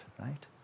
right